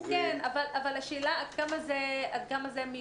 לא יודעים עד כמה בית הספר